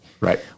Right